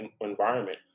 environment